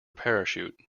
parachute